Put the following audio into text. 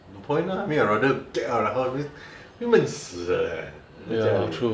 no point ah I rather get out of the house 会闷死的 leh 在家里